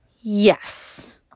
Yes